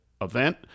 event